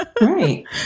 right